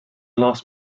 last